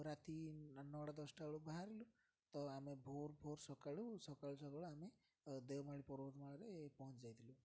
ରାତି ନଅଟା ଦଶଟା ବେଳକୁ ବାହାରିଲୁ ତ ଆମେ ଭୋର ଭୋର ସକାଳୁ ସକାଳୁ ସକାଳୁ ଆମେ ଦେଓମାଳି ପର୍ବତମାଳାରେ ପହଞ୍ଚି ଯାଇଥିଲୁ